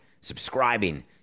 subscribing